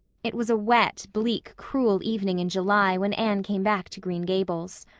it was a wet, bleak, cruel evening in july when anne came back to green gables.